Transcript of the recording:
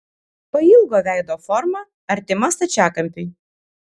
pailgo veido forma artima stačiakampiui